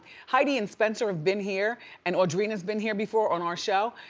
heidi and spencer have been here and audrina has been here before on our show.